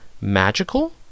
magical